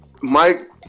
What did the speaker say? Mike